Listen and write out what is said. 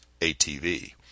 ATV